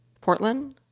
Portland